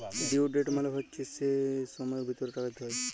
due date মালে হচ্যে যে সময়ের ভিতরে টাকা দিতে হ্যয়